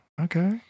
Okay